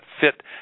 fit